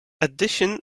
addition